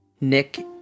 Nick